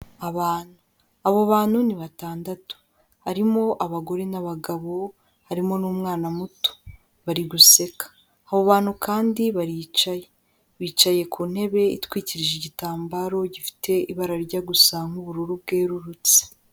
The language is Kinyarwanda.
Abantu, abo bantu ni batandatu, harimo abagore n'abagabo harimo n'umwana muto, bari guseka. Abo bantu kandi baricaye, bicaye ku ntebe itwikirije igitambaro gifite ibara rijya gusa nk'ubururu bwerurutse.